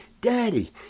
Daddy